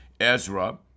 Ezra